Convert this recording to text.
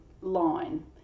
line